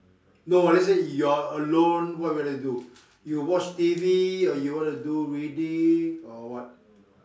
no let's say you're alone what you want to do you watch T_V or you wanna do reading or what